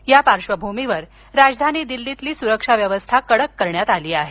या पार्श्वभूमीवर राजधानी दिल्लीतली सुरक्षा व्यवस्था कडक करण्यात आली आहे